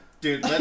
Dude